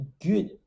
good